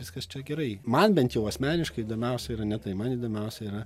viskas čia gerai man bent jau asmeniškai įdomiausia yra ne tai man įdomiausia yra